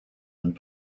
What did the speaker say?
and